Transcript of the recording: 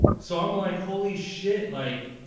so i'm like, holy shit. like,